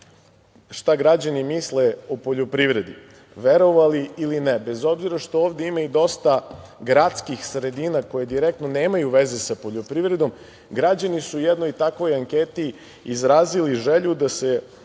šta građani misle o poljoprivredi, verovali ili ne, bez obzira što ovde ima i dosta gradskih sredina koje direktno nemaju veze sa poljoprivredom, građani su u jednoj takvoj anketi izrazili želju da